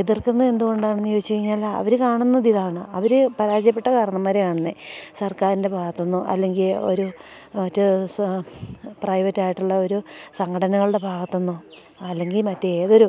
എതിർക്കുന്നത് എന്തു കൊണ്ടാണെന്നു ചോദിച്ച് കഴിഞ്ഞാലവർ കാണുന്നതിതാണ് അവർ പരാചയപ്പെട്ട കാരണവന്മാരെയാണ് കാണുന്നത് സർക്കാരിൻ്റെ ഭാഗത്തു നിന്നോ അല്ലെങ്കിൽ ഒരു മറ്റ് പ്രൈവറ്റായിട്ടുള്ള ഒരു സംഘടനകളുടെ ഭാഗത്തു നിന്നോ അല്ലെങ്കിൽ മറ്റേതൊരു